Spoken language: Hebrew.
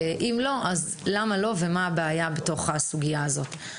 אם לא, למה לא ומה הבעיה בתוך הסוגיה הזאת.